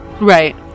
right